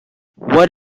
what